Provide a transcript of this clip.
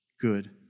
good